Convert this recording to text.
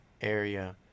area